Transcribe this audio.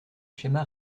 schéma